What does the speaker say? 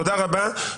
תודה רבה.